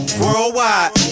worldwide